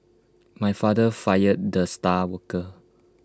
my father fired the star worker